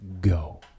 go